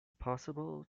possible